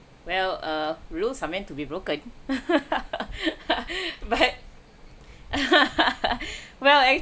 well err rules are meant to be broken but well